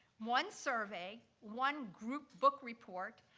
one survey, one group book report,